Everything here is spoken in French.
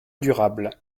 durable